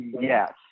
Yes